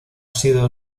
sido